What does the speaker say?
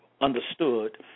understood